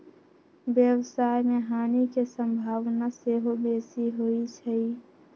व्यवसाय में हानि के संभावना सेहो बेशी होइ छइ